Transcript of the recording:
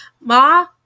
Ma